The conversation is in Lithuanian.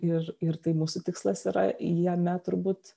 ir ir tai mūsų tikslas yra jame turbūt